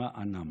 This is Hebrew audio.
למענם.